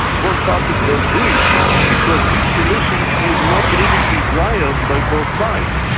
both parties don't do it because this solution is not really desired by both sides.